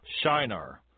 Shinar